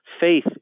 Faith